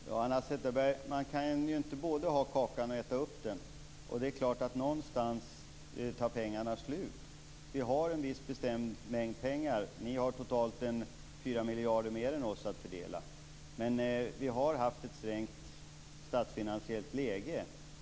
Fru talman! Man kan inte både ha kakan och äta upp den, Hanna Zetterberg. Någonstans tar pengarna slut. Vi har en bestämd mängd pengar. Ni har totalt 4 miljarder mer än oss att fördela. Det har varit ett strängt statsfinansiellt läge.